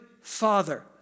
father